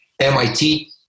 MIT